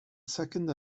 second